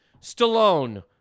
Stallone